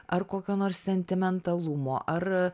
ar kokio nors sentimentalumo ar